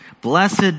Blessed